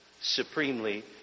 supremely